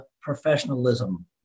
professionalism